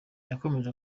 yakomeje